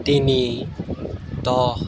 তিনি দহ